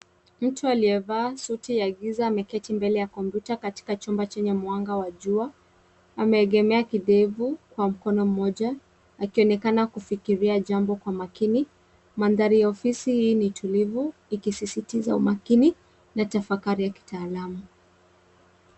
Mtu aliyevaa suti ya giza ameketi mbele ya kompyuta katika chumba chenye mwanga wa jua. Ameegemea kidevu kwa mkono mmoja, akionekana kufikiria jambo kwa makini. Mandhari ya ofisi hii ni tulivu, ikisisitiza umakini, na tafakari ya kitaalamu.